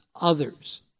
others